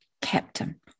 Captain